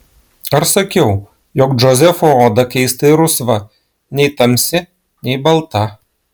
ar sakiau jog džozefo oda keistai rusva nei tamsi nei balta